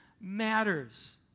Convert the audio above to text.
matters